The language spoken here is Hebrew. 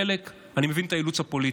חלק, אני מבין את האילוץ הפוליטי,